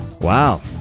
Wow